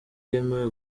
yemewe